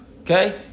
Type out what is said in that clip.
Okay